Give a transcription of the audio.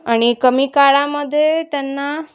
आणि कमी काळामध्ये त्यांना